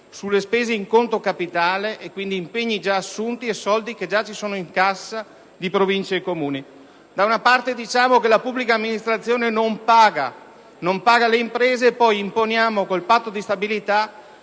sulle spese in conto capitale: si tratta quindi di impegni già assunti e di soldi che già ci sono nelle casse di Province e Comuni. Da una parte, diciamo che la pubblica amministrazione non paga le imprese, poi, però, imponiamo con il patto di stabilità